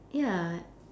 ya